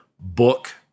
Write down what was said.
book